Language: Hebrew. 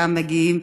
גם מגיעים.